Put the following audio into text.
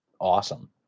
awesome